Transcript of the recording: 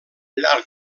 llarg